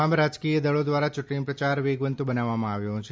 તમામ રાજકીય દળો દ્વારા યૂંટણી પ્રચાર વેગવંતો બનાવવામાં આવ્યો છે